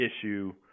issue